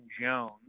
Jones